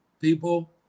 people